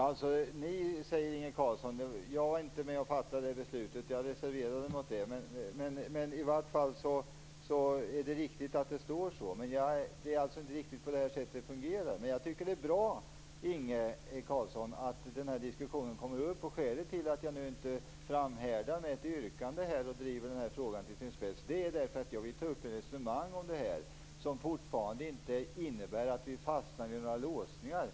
Fru talman! Inge Carlsson säger "ni". Jag var inte med om att fatta det beslutet. Jag reserverade mig mot det. Det är riktigt att det står så. Men det fungerar alltså inte riktigt på det sättet. Det är bra, Inge Carlsson, att den här diskussionen kommer upp. Skälet till att jag inte framhärdar med ett yrkande och driver den här frågan till sin spets är att jag vill ta upp ett resonemang om detta som inte innebär att vi fastnar i några låsningar.